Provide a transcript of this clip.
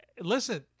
Listen